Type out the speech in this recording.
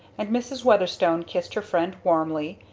and mrs. weatherstone kissed her friend warmly,